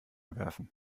werfen